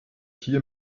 hier